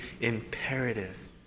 imperative